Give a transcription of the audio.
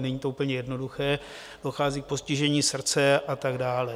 Není to úplně jednoduché, dochází k postižení srdce a tak dále.